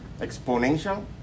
exponential